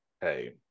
hey